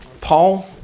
Paul